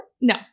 No